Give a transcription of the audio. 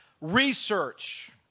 research